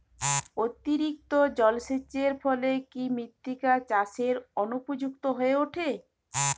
অতিরিক্ত জলসেচের ফলে কি মৃত্তিকা চাষের অনুপযুক্ত হয়ে ওঠে?